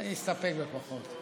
אסתפק בפחות.